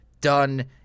done